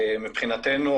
מבחינתנו,